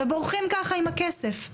ובורחים ככה עם הכסף.